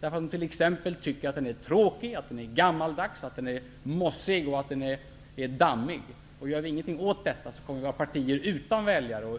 De tycker att politiken är tråkig, gammaldags, mossig och dammig. Gör vi ingenting åt detta, kommer partierna